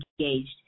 engaged